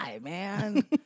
man